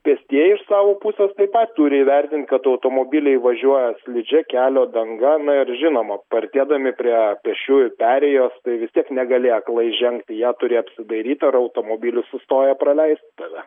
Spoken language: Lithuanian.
pėstieji iš savo pusės taip pat turi įvertint kad automobiliai važiuoja slidžia kelio danga na ir žinoma artėdami prie pėsčiųjų perėjos tai vis tiek negali aklai žengt jie turi apsidairyt ar automobilis sustoja praleist tave